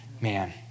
Man